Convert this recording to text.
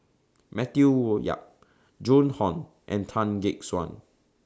Matthew Yap Joan Hon and Tan Gek Suan